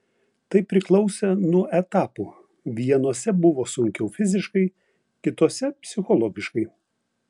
tai priklausė nuo etapų vienuose buvo sunkiau fiziškai kituose psichologiškai